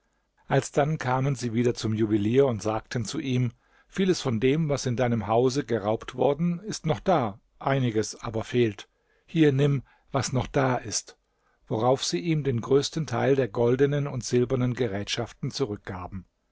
alsdann kamen sie wieder zum juwelier und sagten zu ihm vieles von dem was in deinem hause geraubt worden ist noch da einiges aber fehlt hier nimm was noch da ist worauf sie ihm den größten teil der goldenen und silbernen gerätschaften zurückgaben